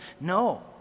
no